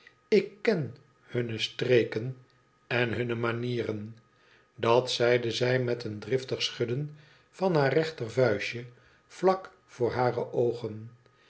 ik ken hunne streken en hunne manieren dat zeide zij met een driftig schudden van haar rechtervuistje vlak voor hare en